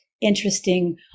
interesting